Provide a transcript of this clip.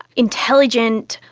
intelligent,